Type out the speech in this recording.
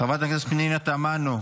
חברת הכנסת פנינה תמנו,